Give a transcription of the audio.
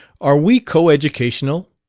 are we co-educational!